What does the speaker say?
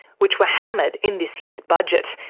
which were hammered in this year's budget,